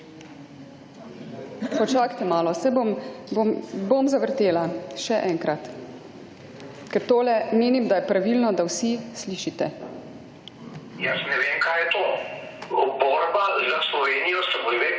»Jaz ne vem, kaj je to. Borba za Slovenijo se bo